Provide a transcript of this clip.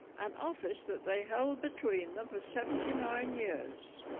an office that they held between them for seventy nine years